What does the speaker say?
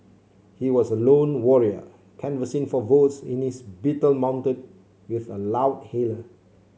he was a lone warrior canvassing for votes in his Beetle mounted with a loudhailer